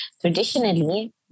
Traditionally